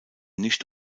nicht